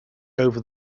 over